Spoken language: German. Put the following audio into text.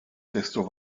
desto